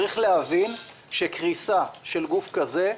צריך להבין שקריסה של גוף כזה,